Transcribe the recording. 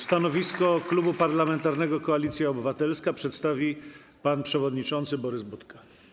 Stanowisko Klubu Parlamentarnego Koalicja Obywatelska przedstawi pan przewodniczący Borys Budka.